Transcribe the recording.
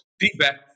feedback